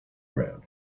ground